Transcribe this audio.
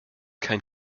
kein